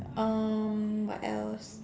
um what else